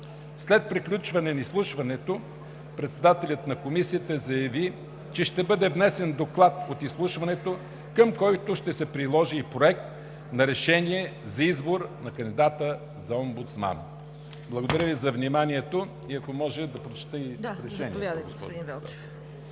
След приключване на изслушването председателят на Комисията заяви, че ще бъде внесен доклад от изслушването, към който ще се приложи и Проект на решение за избор на кандидата за омбудсман.“ Благодаря Ви за вниманието. Ако може да прочета и решението.